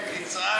תעלה,